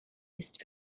ist